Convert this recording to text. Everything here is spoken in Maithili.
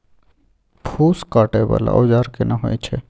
फूस काटय वाला औजार केना होय छै?